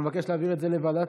אתה מבקש להעביר את זה לוועדת,